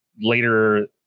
later